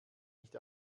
nicht